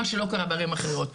מה שלא קרה בערים אחרות.